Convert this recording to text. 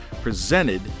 presented